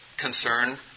concern